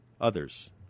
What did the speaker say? Others